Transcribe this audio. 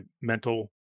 mental